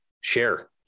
share